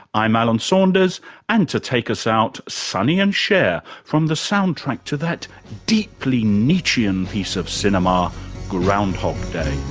i'm alan saunders and to take us out sonny and cher from the soundtrack to that deeply nietzschean piece of cinema ground hog